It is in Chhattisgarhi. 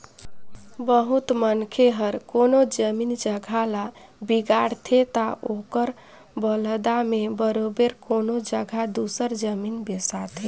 बहुत मनखे हर कोनो जमीन जगहा ल बिगाड़थे ता ओकर बलदा में बरोबेर कोनो जगहा दूसर जमीन बेसाथे